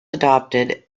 adopted